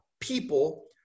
people